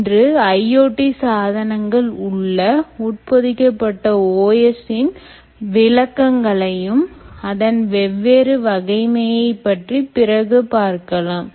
இன்று IoT சாதனங்களில் உள்ள உட்பொதிக்கப்பட்டOS இன் விளக்கங்களையும் அதன் வெவ்வேறு வகைமையை பற்றி பிறகு பார்க்கலாம்